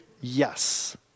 Yes